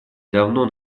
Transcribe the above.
давно